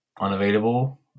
unavailable